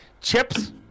chips